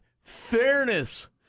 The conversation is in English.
Fairness